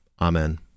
Amen